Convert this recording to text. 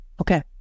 Okay